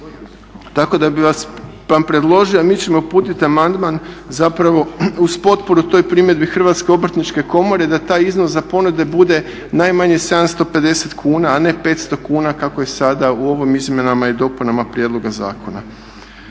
Tako da bi vam predložio, a mi ćemo uputiti amandman zapravo uz potporu toj primjedbi Hrvatske obrtničke komore da taj iznos za ponude bude najmanje 750 kuna a ne 500 kuna kako je sada u ovim izmjenama i dopunama prijedloga zakona.